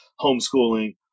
homeschooling